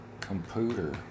computer